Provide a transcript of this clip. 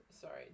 Sorry